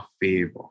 favor